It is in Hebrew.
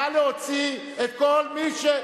נא להוציא את כל מי,